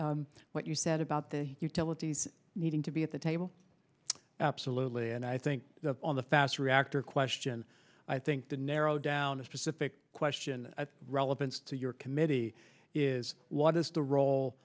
rate what you said about the utilities needing to be at the table absolutely and i think on the fast reactor question i think the narrowed down a specific question of relevance to your committee is what is the role